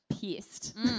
pissed